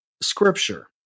Scripture